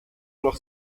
noch